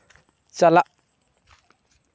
ᱪᱟᱞᱟᱜ